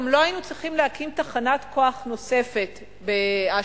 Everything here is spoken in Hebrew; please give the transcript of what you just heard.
גם לא היינו צריכים להקים תחנת-כוח נוספת באשקלון,